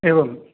एवम्